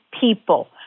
people